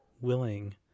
willing